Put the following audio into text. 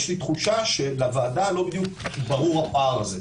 ויש לי תחושה שלוועדה לא בדיוק ברור הפער הזה,